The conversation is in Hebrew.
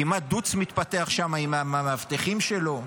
כמעט דו"צ מתפתח שם עם המאבטחים שלו.